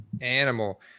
Animal